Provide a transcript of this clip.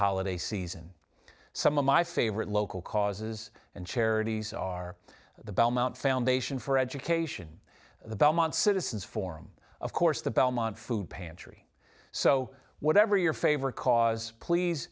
holiday season some of my favorite local causes and charities are the belmont foundation for education the belmont citizens form of course the belmont food pantry so whatever your favorite cause please